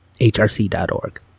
hrc.org